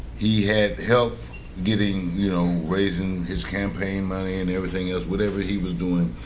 he had help getting, you know raising his campaign money and everything else whatever he was doing.